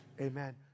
amen